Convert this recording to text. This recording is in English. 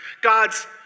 God's